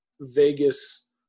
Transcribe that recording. Vegas